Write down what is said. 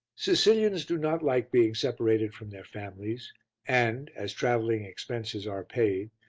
sicilians do not like being separated from their families and, as travelling expenses are paid,